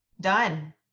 Done